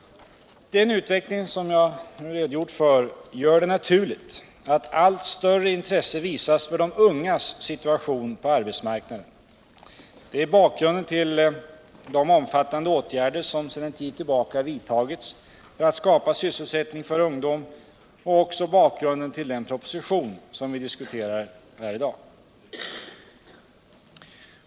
Den utveckling som jag nu redogjort för gör det naturligt att allt större intresse visas för de ungas situation på arbetsmarknaden. Det är bakgrunden till de omfattande åtgärder som sedan en tid tillbaka vidtagits för att skapa sysselsättning för ungdom och också bakgrunden till den proposition som vi diskuterar här i dag.